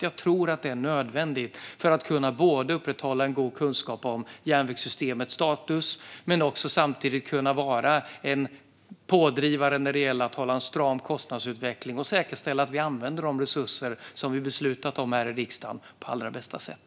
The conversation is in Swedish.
Jag tror att det är nödvändigt för att kunna upprätthålla god kunskap om järnvägssystemets status och samtidigt vara en pådrivare när det gäller att hålla en stram kostnadsutveckling och säkerställa att vi använder de resurser som riksdagen har beslutat om på allra bästa sätt.